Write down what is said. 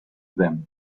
them